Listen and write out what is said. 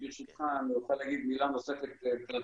אם אני יכול להגיד מילה נוספת מבחינתי,